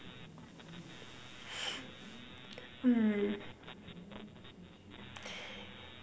hmm